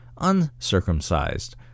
uncircumcised